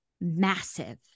massive